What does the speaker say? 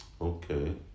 Okay